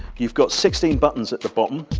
you've got sixteen buttons at the bottom,